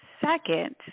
second